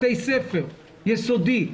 בתי ספר יסודי,